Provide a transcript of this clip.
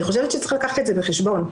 אני חושבת שצריך לקחת את זה בחשבון.